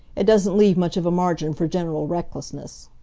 it doesn't leave much of a margin for general recklessness.